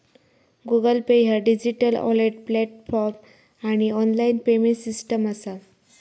Google Pay ह्या digital wallet platform आणि online payment system असा